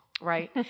Right